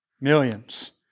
Millions